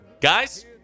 Guys